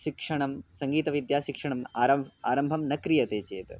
शिक्षणं सङ्गीतविद्याशिक्षणम् आरम्भम् आरम्भं न क्रियते चेत्